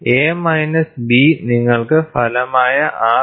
A minus B നിങ്ങൾക്ക് ഫലമായ R